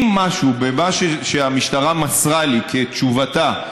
אם משהו ממה שהמשטרה מסרה לי בתשובתה,